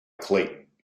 clayton